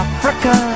Africa